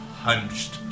hunched